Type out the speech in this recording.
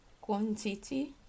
quantity